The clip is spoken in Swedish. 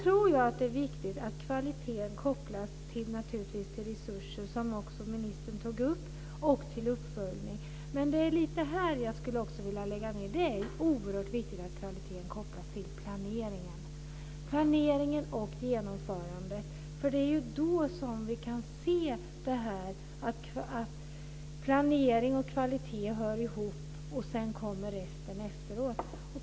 Kvaliteten bör också kopplas till resurser och till uppföljning, som också ministern sade. Men kvaliteten måste dessutom kopplas till planeringen och genomförandet. Det är då som vi kan se att planering och kvalitet hör ihop. Sedan kommer resten efteråt.